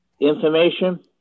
information